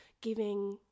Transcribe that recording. giving